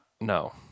No